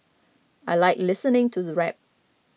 I like listening to the rap